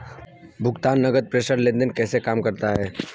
भुगतान नकद प्रेषण लेनदेन कैसे काम करता है?